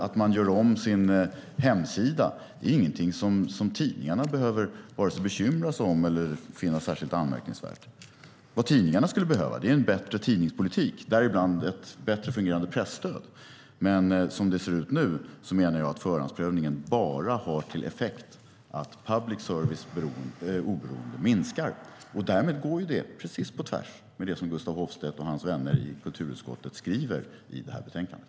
Att man gör om sin hemsida är till exempel inget som tidningarna vare sig behöver bekymra sig om eller finna särskilt anmärkningsvärt. Vad tidningarna skulle behöva är en bättre tidningspolitik, däribland ett bättre fungerande presstöd, men som det ser ut nu menar jag att förhandsprövningen bara har till effekt att public services oberoende minskar. Därmed går det precis på tvärs med det som Gustaf Hoffstedt och hans vänner i kulturutskottet skriver i det här betänkandet.